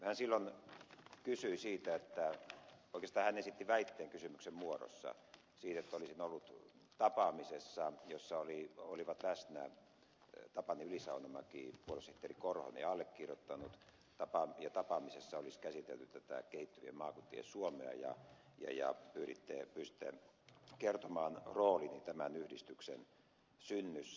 hän silloin kysyi siitä oikeastaan hän esitti väitteen kysymyksen muodossa siitä että olisin ollut tapaamisessa jossa olivat läsnä tapani yli saunamäki puoluesihteeri korhonen ja allekirjoittanut ja tapaamisessa olisi käsitelty tätä kehittyvien maakuntien suomea ja pyysitte kertomaan roolini tämän yhdistyksen synnyssä